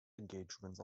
engagements